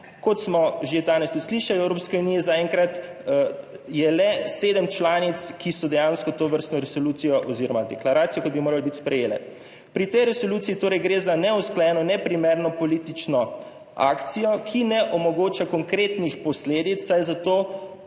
Kot smo že danes tudi slišali, Evropske unije, zaenkrat, je le 7 članic, ki so dejansko tovrstno resolucijo oziroma deklaracijo, kot bi morala biti, sprejele. Pri tej resoluciji, torej gre za neusklajeno, neprimerno politično akcijo, ki ne omogoča konkretnih posledic, saj za